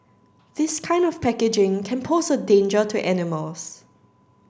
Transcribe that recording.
this kind of packaging can pose a danger to animals